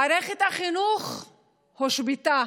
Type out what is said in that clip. מערכת החינוך הושבתה.